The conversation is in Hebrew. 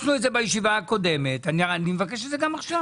ביקשנו את זה בישיבה הקודמת אני מבקש את זה גם עכשיו.